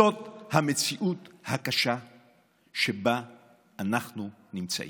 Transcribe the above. זאת המציאות הקשה שבה אנחנו נמצאים.